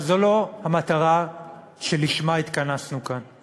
אבל זו לא המטרה שלשמה התכנסנו כאן.